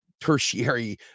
tertiary